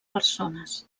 persones